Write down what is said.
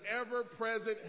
ever-present